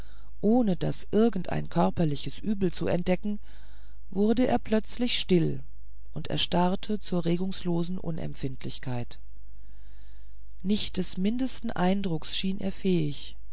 ohne daß irgendein körperliches übel zu entdecken wurde er plötzlich still und erstarrte zur regungslosen unempfindlichkeit nicht des mindesten eindrucks schien er fähig